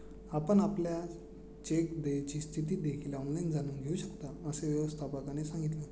आपण आपल्या चेक देयची स्थिती देखील ऑनलाइन जाणून घेऊ शकता, असे व्यवस्थापकाने सांगितले